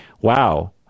wow